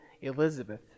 Elizabeth